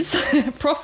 prof